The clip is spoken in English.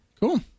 Cool